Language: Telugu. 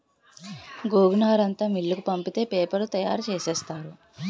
గోగునారంతా మిల్లుకు పంపితే పేపరు తయారు సేసేత్తారు